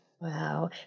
wow